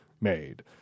made